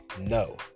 no